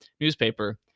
newspaper